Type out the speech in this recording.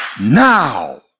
now